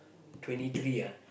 twenty three ah